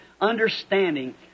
understanding